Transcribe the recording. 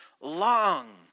long